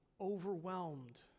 overwhelmed